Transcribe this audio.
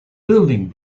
building